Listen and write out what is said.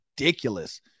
ridiculous